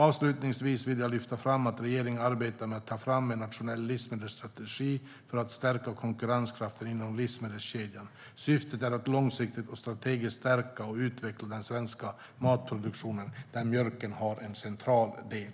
Avslutningsvis vill jag lyfta fram att regeringen arbetar med att ta fram en nationell livsmedelsstrategi för att stärka konkurrenskraften inom livsmedelskedjan. Syftet är att långsiktigt och strategiskt stärka och utveckla den svenska matproduktionen, där mjölken har en central del.